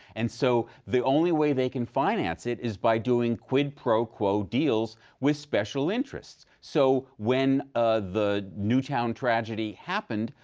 and so the only way they can finance it is by doing quid pro quo deals with special interests. so when ah the newtown tragedy happened,